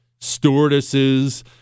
stewardesses